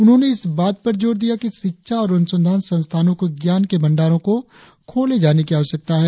उन्होंने इस बात पर जोर दिया कि शिक्षा और अनुसंधान संस्थानों के ज्ञान के भंडारों को खोले जाने की आवश्यकता है